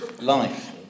life